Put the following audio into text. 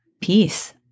peace